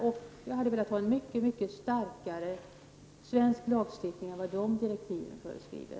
Vidare hade jag velat ha en mycket starkare svensk lagstiftning än vad direktiven föreskriver.